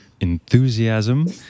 enthusiasm